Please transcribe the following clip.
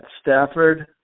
Stafford